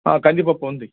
కందిపప్పు ఉంది